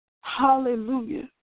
Hallelujah